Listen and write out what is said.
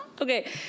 Okay